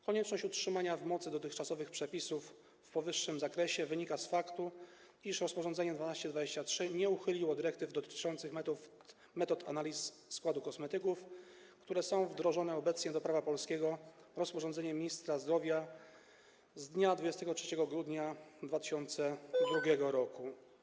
Konieczność utrzymania w mocy dotychczasowych przepisów w powyższym zakresie wynika z faktu, iż rozporządzenie 1223 nie uchyliło dyrektyw dotyczących metod analizy składu kosmetyków, które są wdrożone obecnie do prawa polskiego rozporządzeniem ministra zdrowia z dnia 23 grudnia 2002 r.